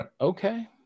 Okay